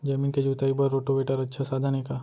जमीन के जुताई बर रोटोवेटर अच्छा साधन हे का?